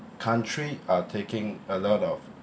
country are taking a lot of